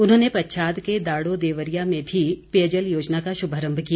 उन्होंने पच्छाद के दाड़ो देवरिया में भी पेयजल योजना का शुभारम्भ किया